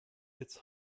its